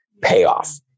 payoff